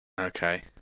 Okay